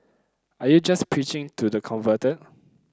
are you just preaching to the converted